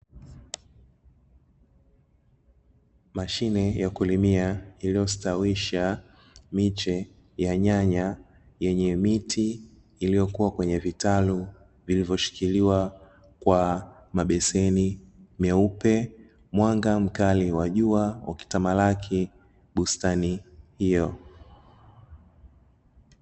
Mashine ya kulimia iliyostawisha miche ya nyanya, yenye miti iliyokuwa kwenye vitalu vilivyoshikiliwa kwa mabeseni meupe mwanga mkali wa jua ukitamalaki bustani hiyo.